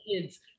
kids